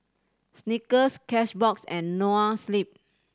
Snickers Cashbox and Noa Sleep